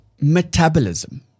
metabolism